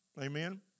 amen